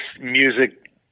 music